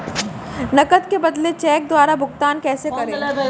नकद के बदले चेक द्वारा भुगतान कैसे करें?